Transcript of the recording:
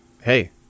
Hey